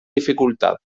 dificultad